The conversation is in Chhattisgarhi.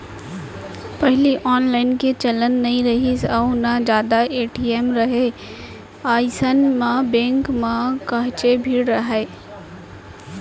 पहिली ऑनलाईन के चलन नइ रिहिस अउ ना जादा ए.टी.एम राहय अइसन म बेंक म काहेच भीड़ राहय